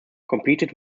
competed